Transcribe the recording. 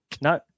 No